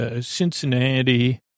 Cincinnati